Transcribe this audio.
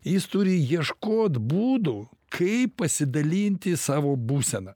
jis turi ieškot būdų kaip pasidalinti savo būseną